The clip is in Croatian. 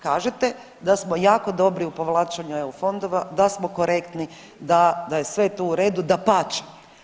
Kažete da smo jako dobri u povlačenju EU fondova, da smo korektni da, da je sve to u redu, dapače.